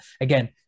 Again